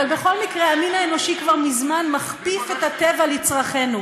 אבל בכל מקרה המין האנושי כבר מזמן מכפיף את הטבע לצרכינו.